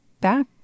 back